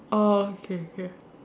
orh okay okay